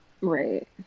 Right